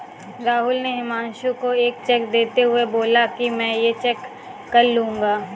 राहुल ने हुमांशु को एक चेक देते हुए बोला कि मैं ये चेक कल लूँगा